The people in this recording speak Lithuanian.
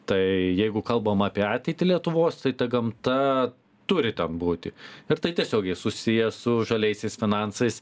tai jeigu kalbam apie ateitį lietuvos tai ta gamta turi būti ir tai tiesiogiai susiję su žaliaisiais finansais